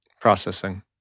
processing